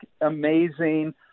amazing